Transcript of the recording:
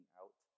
out